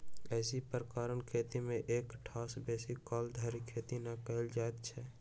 एही प्रकारक खेती मे एक ठाम बेसी काल धरि खेती नै कयल जाइत छल